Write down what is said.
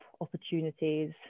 opportunities